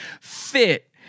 fit